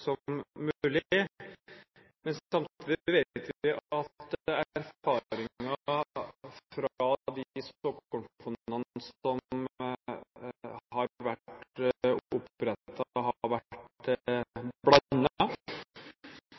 som mulig. Samtidig vet vi at erfaringer fra de såkornfondene som har blitt opprettet, har vært